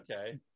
Okay